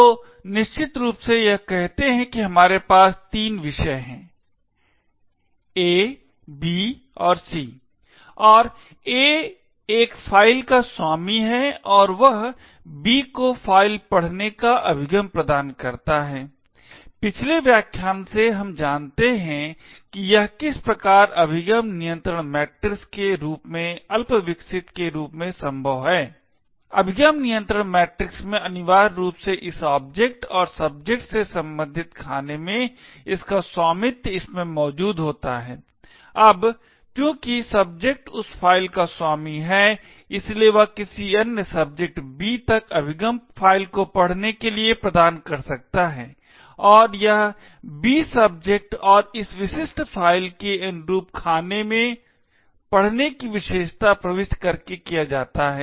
तो निश्चित रूप से यह कहते है कि हमारे पास तीन विषय हैं A B और C और A एक फ़ाइल का स्वामी हैं और वह B को फ़ाइल पढ़ने का अभिगम प्रदान करता है पिछले व्याख्यान से हम जानते हैं कि यह किस प्रकार अभिगम नियंत्रण मैट्रिक्स के रूप में अल्पविकसित के रूप में संभव है अभिगम नियंत्रण मैट्रिक्स में अनिवार्य रूप से इस ऑब्जेक्ट और सब्जेक्ट से संबंधित खाने में इसका स्वामित्व इसमें मौजूद होता है अब चूंकि सब्जेक्ट उस फ़ाइल का स्वामी है इसलिए वह किसी अन्य सब्जेक्ट B तक अभिगम फ़ाइल को पढ़ने के लिए प्रदान कर सकता है और यह B सब्जेक्ट और इस विशिष्ट फ़ाइल के अनुरूप खाने में पढ़ने की विशेषता प्रविष्ट करके किया जाता है